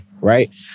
right